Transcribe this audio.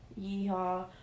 Yeehaw